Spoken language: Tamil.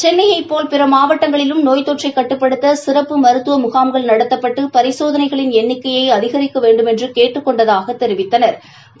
சென்னையைப் போல் பிற மாவட்டங்களிலும் நோய் தொற்றை கட்டுப்படுத்த சிறப்பு மருத்துவ முகாம்கள் நடத்தப்பட்டு பரிசோதனைகளின் எண்ணிக்கையை அதிகிக்க வேண்டுமென்று கேட்டுக் கொண்டதாகக் தெரிவித்தனா்